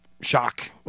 shock